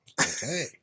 Okay